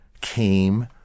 came